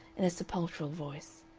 in a sepulchral voice.